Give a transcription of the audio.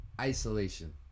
isolation